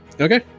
Okay